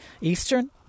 Eastern